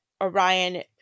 orion